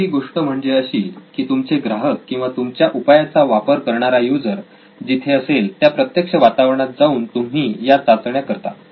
तिसरी गोष्ट म्हणजे अशी की तुमचे ग्राहक किंवा तुमच्या उपायाचा वापर करणारा यूजर जिथे असेल त्या प्रत्यक्ष वातावरणात जाऊन तुम्ही या चाचण्या करता